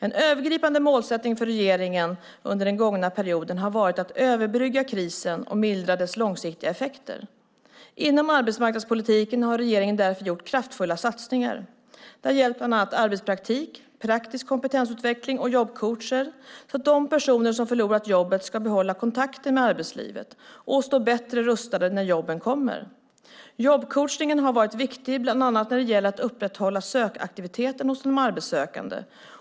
En övergripande målsättning för regeringen under den gångna perioden har varit att överbrygga krisen och mildra dess långsiktiga effekter. Inom arbetsmarknadspolitiken har regeringen därför gjort kraftfulla satsningar. Det har gällt bland annat arbetspraktik, praktisk kompetensutveckling och jobbcoacher, så att de personer som förlorat jobbet ska behålla kontakten med arbetslivet och stå bättre rustade när jobben kommer. Jobbcoachningen har varit viktig bland annat när det gäller att upprätthålla sökaktiviteten hos de arbetssökande.